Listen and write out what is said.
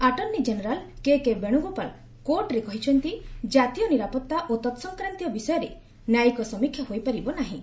attorney general KK Venugopal କୋର୍ଟରେ କହିଛନ୍ତି ଜାତୀୟ ନିରାପତ୍ତା ଓ ତତ୍ ସଂକ୍ରାନ୍ତୀୟ ବିଷୟରେ ନ୍ୟାୟିକ ସମୀକ୍ଷା ହୋଇପାରିବ ନାହିଁ